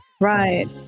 Right